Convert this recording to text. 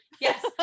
Yes